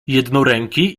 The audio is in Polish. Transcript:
jednoręki